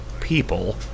people